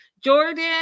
Jordan